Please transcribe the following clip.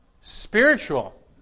spiritual